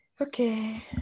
okay